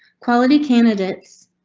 quality candidates.